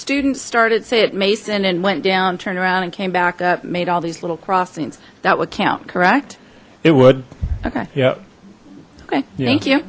student started saying mason and went down turn around and came back up made all these little crossings that would count correct it would okay yep okay thank you